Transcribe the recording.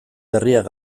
berriak